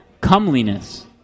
Comeliness